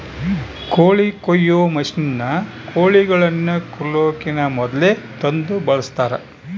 ಕೋಳಿ ಕೊಯ್ಯೊ ಮಷಿನ್ನ ಕೋಳಿಗಳನ್ನ ಕೊಲ್ಲಕಿನ ಮೊದ್ಲೇ ತಂದು ಬಳಸ್ತಾರ